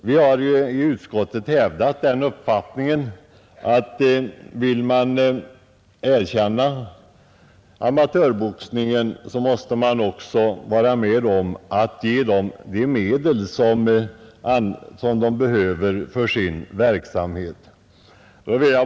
Vi har i utskottet hävdat den uppfattningen att om man vill erkänna amatörboxningen, måste man också vara med om att bevilja de medel som den behöver för sin verksamhet.